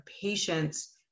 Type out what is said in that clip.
patients